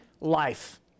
life